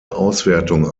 auswertung